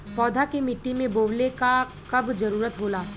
पौधा के मिट्टी में बोवले क कब जरूरत होला